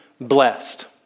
blessed